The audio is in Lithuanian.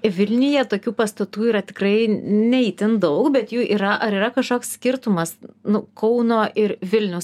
vilniuje tokių pastatų yra tikrai ne itin daug bet jų yra ar yra kašoks skirtumas nu kauno ir vilnius